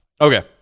Okay